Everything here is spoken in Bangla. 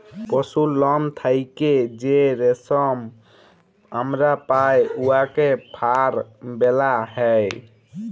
পশুর লম থ্যাইকে যে রেশম আমরা পাই উয়াকে ফার ব্যলা হ্যয়